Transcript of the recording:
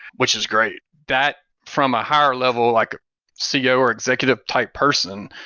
which is great. that from a higher level like ceo, or executive type person,